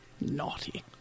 Naughty